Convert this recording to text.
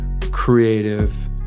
creative